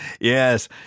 yes